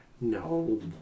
No